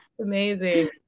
amazing